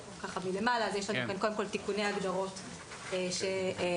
יש לנו קודם כל תיקוני הגדרות שמתבקשים